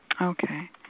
Okay